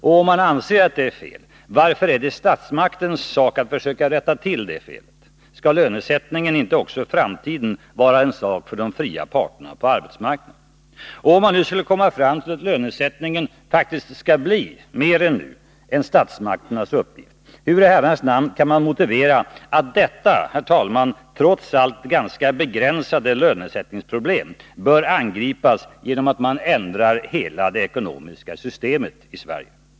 Och om man anser att det är fel, varför är det statsmakternas sak att försöka rätta till det felet? Skall lönesättningen inte också i framtiden vara en sak för de fria parterna på arbetsmarknaden? Och om man nu skulle komma fram till att lönesättningen faktiskt mer än nu skall bli en statsmakternas uppgift, hur i Herrans namn kan man motivera att detta trots allt begränsade lönesättningsproblem bör angripas genom att man ändrar hela det ekonomiska systemet i Sverige?